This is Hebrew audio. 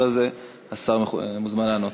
אחרי זה השר מוזמן לענות.